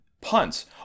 punts